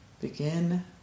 begin